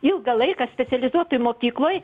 ilgą laiką specializuotoj mokykloj